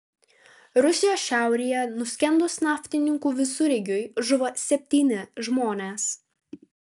rusijos šiaurėje nuskendus naftininkų visureigiui žuvo septyni žmonės